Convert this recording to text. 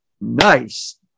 Nice